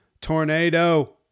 Tornado